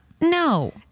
no